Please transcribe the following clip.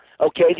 okay